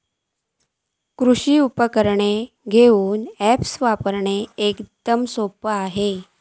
कृषि उपकरणा घेऊक अॅप्स वापरना एकदम सोप्पा हा